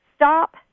Stop